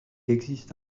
existe